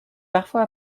parfois